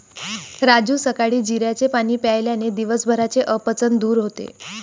राजू सकाळी जिऱ्याचे पाणी प्यायल्याने दिवसभराचे अपचन दूर होते